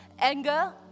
Anger